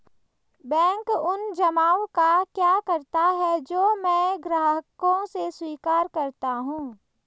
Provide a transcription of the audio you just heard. Bank उन जमाव का क्या करता है जो मैं ग्राहकों से स्वीकार करता हूँ?